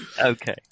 Okay